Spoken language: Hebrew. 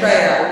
אין בעיה.